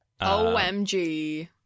OMG